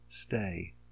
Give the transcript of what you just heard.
Stay